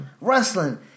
Wrestling